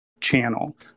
channel